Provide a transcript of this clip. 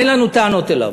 אין לנו טענות אליו.